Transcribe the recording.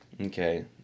Okay